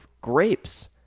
grapes